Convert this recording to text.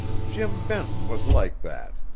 jim benton was like that.